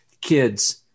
kids